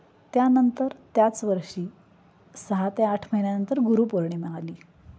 त्यानंतर त्याच वर्षी सहा ते आठ महिन्यानंतर गुरुपौर्णिमा आली